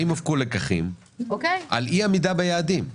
האם הופקו לקחים על אי עמידה ביעדים.